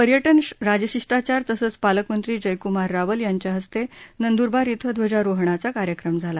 पर्यटन राजशिष्टाचार तसंच पालकमंत्री जयकूमार रावल यांच्य हस्ते नंद्रबार इथं ध्वजारोहणाचा कार्यक्रम झाला